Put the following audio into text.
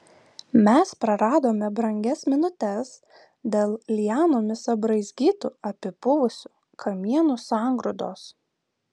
mes praradome brangias minutes dėl lianomis apraizgytų apipuvusių kamienų sangrūdos